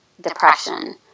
depression